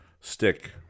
stick